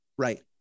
Right